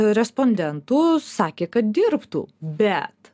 respondentų sakė kad dirbtų bet